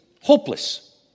Hopeless